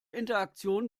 interaktion